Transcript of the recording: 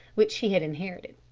which she had inherited.